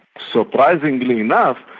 surprisingly enough,